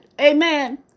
Amen